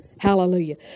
Hallelujah